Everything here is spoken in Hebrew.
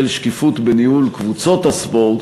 של שקיפות בניהול קבוצות הספורט